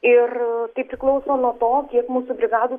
ir tai priklauso nuo to kiek mūsų brigadų